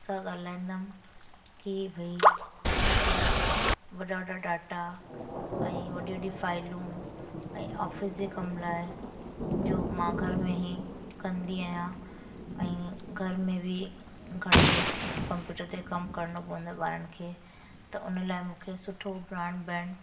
सां ॻाल्हाईंदमि की भई मूंखे वॾा वॾा डाटा ऐं वॾी वॾी फ़ाइलूं ऐं ऑफिस जे कम लाइ जो मां घर में ई कंदी आहियां ऐं घर में बि घणेई कंप्यूटर ते कम करिणो पवंदो आहे ॿारनि खे त उन लाइ मूंखे सुठो ब्रॉडबैंड